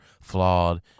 flawed